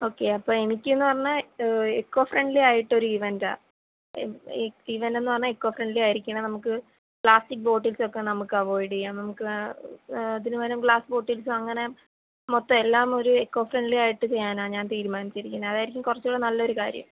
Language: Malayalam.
ഓക്കെ അപ്പം എനിക്ക് എന്ന് പറഞ്ഞാൽ എക്കോ ഫ്രണ്ട്ലി ആയിട്ട് ഒരു ഇവൻറ് ആണ് എ ഇ ഇവൻറ് എന്ന് പറഞ്ഞാൽ എക്കോ ഫ്രണ്ട്ലി ആയിരിക്കണം നമുക്ക് പ്ലാസ്റ്റിക് ബോട്ടിൽസ് ഒക്കെ നമൂക്ക് അവോയിഡ് ചെയ്യാം നമുക്ക് തീരുമാനം ഗ്ലാസ്സ് ബോട്ടിൽസോ അങ്ങനെ മൊത്തം എല്ലാം ഒരു എക്കോ ഫ്രണ്ട്ലി ആയിട്ട് ചെയ്യാനാണ് ഞാൻ തീരുമാനിച്ചിരിക്കുന്നത് അതായിരിക്കും കുറച്ചുകൂടെ നല്ലൊരു കാര്യം